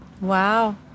Wow